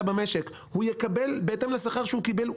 במשק ומקבל קצבת פגיעה בעבודה בהתאם לשכר שהוא קיבל,